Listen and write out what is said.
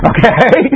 Okay